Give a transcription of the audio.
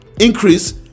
increase